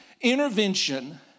intervention